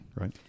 right